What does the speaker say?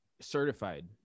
certified